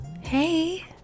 Hey